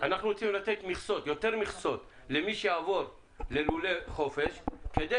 אנחנו רוצים לתת יותר מכסות למי שיעבור ללולי חופש וזה